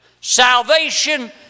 Salvation